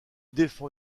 défend